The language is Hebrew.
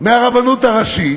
מהרבנות הראשית,